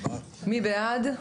מי בעד?